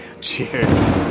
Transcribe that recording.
Cheers